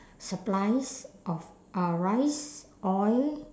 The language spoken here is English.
supplies of uh rice oil